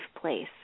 place